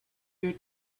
your